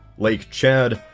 lake chad,